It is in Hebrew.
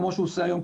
כמו שהוא עושה היום,